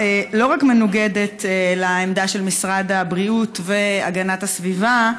לא רק מנוגדת לעמדה של משרד הבריאות והמשרד להגנת הסביבה,